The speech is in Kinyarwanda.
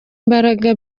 mbaraga